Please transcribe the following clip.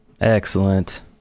Excellent